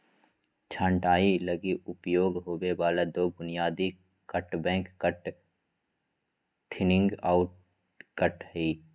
छंटाई लगी उपयोग होबे वाला दो बुनियादी cut back cut, thinning out cut हइ